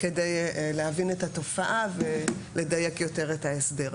כדי להבין את התופעה ולדייק יותר את ההסדר.